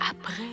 après